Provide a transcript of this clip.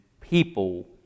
people